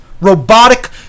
Robotic